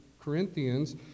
Corinthians